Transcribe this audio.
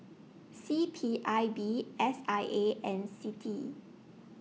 C P I B S I A and CITI